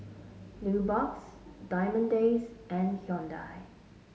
Nubox Diamond Days and Hyundai